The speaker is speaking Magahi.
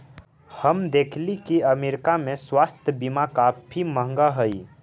हम देखली की अमरीका में स्वास्थ्य बीमा काफी महंगा हई